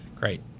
Great